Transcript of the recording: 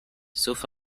sauf